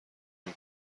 این